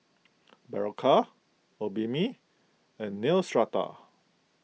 Berocca Obimin and Neostrata